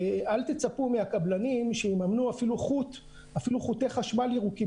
ואל תצפו מהקבלנים שיממנו אפילו חוטי חשמל ירוקים,